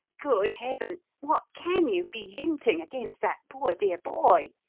good heaven! what can you be hinting against that poor, dear boy?